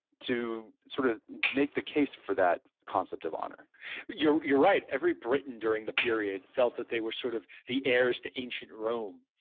to sort of make the case for that concept of honor you're you're right. every britain during the period felt that they were sort of the heirs to ancient rome,